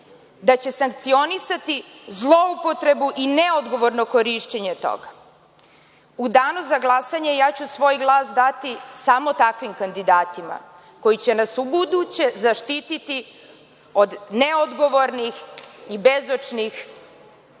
da će sankcionisati zloupotrebu i neodgovorno korišćenje toga. U danu za glasanje ja ću svoj glas dati samo takvim kandidatima, koji će nas ubuduće zaštititi od neodgovornih i bezočnih